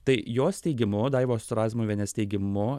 tai jos teigimu daivos razmuvienės teigimu